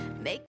make